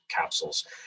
capsules